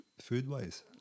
food-wise